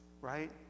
right